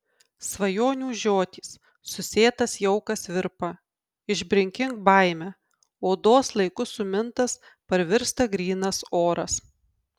svajonių žiotys susėtas jaukas virpa išbrinkink baimę odos laiku sumintas parvirsta grynas oras